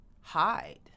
hide